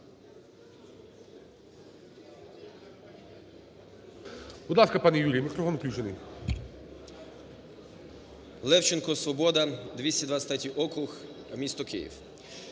Левченко, "Свобода", 223 округ, місто Київ.